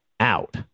out